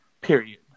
period